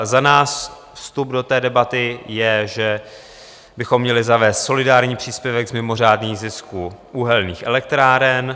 Za nás vstup do té debaty je, že bychom měli zavést solidární příspěvek z mimořádných zisků uhelných elektráren.